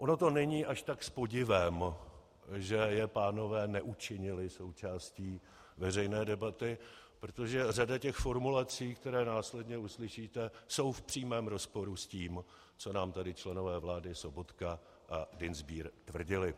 Ono to není až tak s podivem, že je pánové neučinili součástí veřejné debaty, protože řada těch formulací, které následně uslyšíte, je v přímém rozporu s tím, co nám tady členové vlády Sobotka a Dienstbier tvrdili.